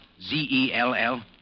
Z-E-L-L